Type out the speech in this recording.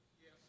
Yes